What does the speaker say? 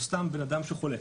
או סתם בן אדם שחולה.